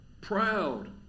proud